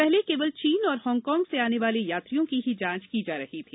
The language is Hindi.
पहले केवल चीन और हांगकांग से आने वाले यात्रियों की ही जांच की जा रही थी